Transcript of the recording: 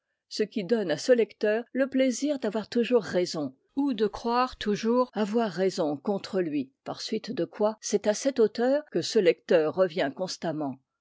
ce qui donne à ce lecteur le plaisir d'avoir toujours raison ou de croire toujours avoir raison contre lui par suite de quoi c'est à cet auteur que ce lecteur revient constamment